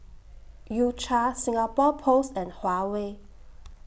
U Cha Singapore Post and Huawei